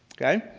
okay?